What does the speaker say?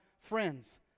friends